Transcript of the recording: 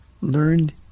learned